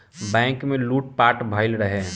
bank में लूट पाट भईल रहे